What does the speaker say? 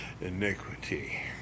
iniquity